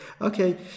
Okay